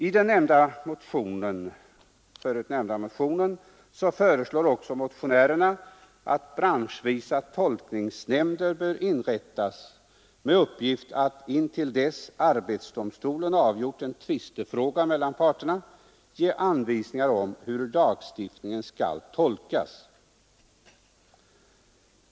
I den förut nämnda motionen föreslås också att branschvisa tolkningsnämnder inrättas med uppgift att till dess arbetsdomstolen avgjort en tvistefråga mellan parterna ge anvisningar om hur lagstiftningen skall tolkas.